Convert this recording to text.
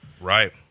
Right